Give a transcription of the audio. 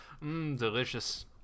delicious